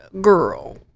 girl